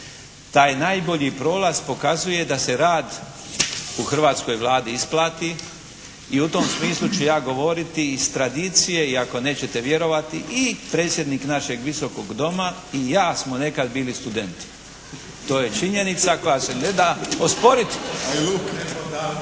Taj najbolji prolaz da se rad u Hrvatskoj Vladi isplati i u tom smislu ću ja govoriti iz tradicije i ako nećete vjerovati i predsjednik našeg Visokog doma i ja smo nekad bili studenti. To je činjenica koja se ne da osporiti.